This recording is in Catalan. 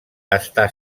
està